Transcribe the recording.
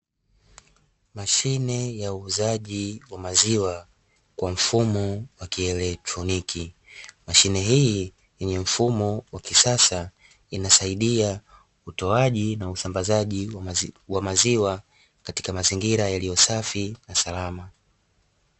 Mashine ya uuzaji wa maziwa kwa mfumo wa kielekitroniki. Mashine hii yenye mfumo wa kisasa inasaidia utoaji na usambazaji wa maziwa katika mazingira yaliyo safi na salama.